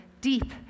deep